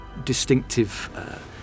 distinctive